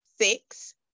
six